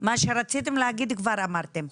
מה שרציתם להגיד כבר אמרתם.